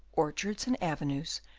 orchards and avenues,